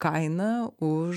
kainą už